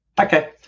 Okay